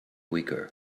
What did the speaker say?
weaker